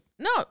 No